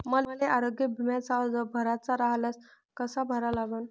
मले आरोग्य बिम्याचा अर्ज भराचा असल्यास कसा भरा लागन?